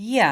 jie